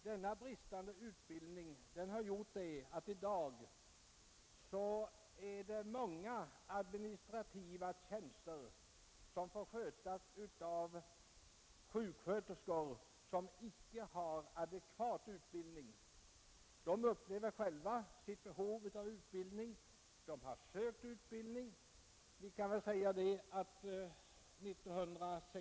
Denna bristande utbildning har gjort att det i dag är många administrativa tjänster som får skötas av sjuksköterskor som icke har adekvat utbildning. De upplever själva sitt behov av administrativ utbildning och de har velat få sådan.